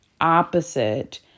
opposite